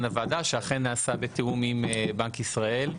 הוועדה שאכן נעשה בתיאום עם בנק ישראל,